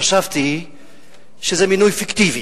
חשבתי שזה מינוי פיקטיבי.